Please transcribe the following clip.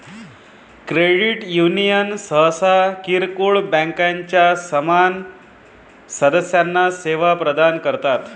credit union सहसा किरकोळ बँकांच्या समान सदस्यांना सेवा प्रदान करतात